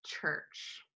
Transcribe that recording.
church